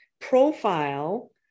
profile